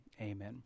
amen